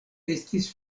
estis